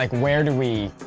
like where do we.